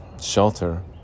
shelter